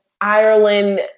Ireland